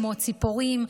ציפורים.